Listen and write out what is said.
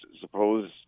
suppose